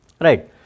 right